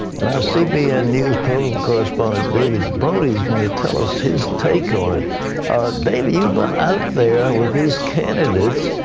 and our cbn news political correspondent david brody is going to tell us his take on it. david, you've been out there with these candidates,